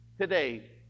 Today